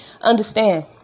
Understand